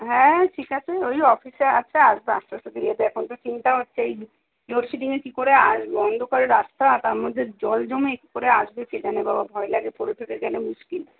হ্যাঁ ঠিক আছে ওই অফিসে আছে আসবে আসতে আসতে এখন তো চিন্তা হচ্ছে এই লো লোডশেডিংয়ে কী করে আসবে অন্ধকারে রাস্তা তার মধ্যে জল জমে কী করে আসবে কে জানে বাবা ভয় লাগে পড়ে টরে গেলে মুশকিল